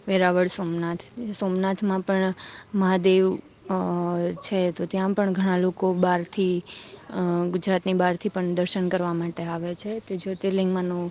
વેરાવળ સોમનાથ સોમનાથમાં પણ મહાદેવ છે તો ત્યાં પણ ઘણાં લોકો બહારથી ગુજરાતની બહારથી પણ દર્શન કરવા માટે આવે છે તે જ્યોર્તિલિંગ માનું